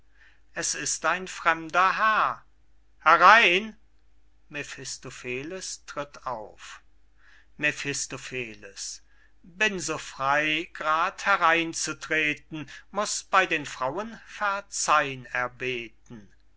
es ist ein fremder herr herein mephistopheles tritt auf mephistopheles bin so frey g'rad herein zu treten muß bey den frauen verzeihn erbeten